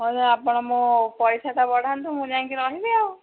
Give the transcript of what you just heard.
ହଁ ଯେ ଆପଣ ମୋ ପଇସାଟା ବଢ଼ାନ୍ତୁ ମୁଁ ଯାଇଙ୍କି ରହିବି ଆଉ